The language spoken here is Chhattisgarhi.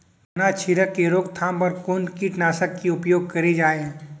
तनाछेदक के रोकथाम बर कोन कीटनाशक के उपयोग करे जाये?